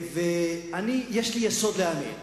יש לי יסוד להאמין,